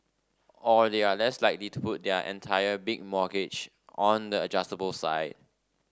or they are less likely to put their entire big mortgage on the adjustable side